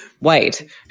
Wait